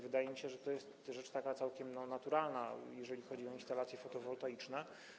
Wydaje mi się, że to jest rzecz całkiem naturalna, jeżeli chodzi o instalacje fotowoltaiczne.